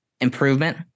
improvement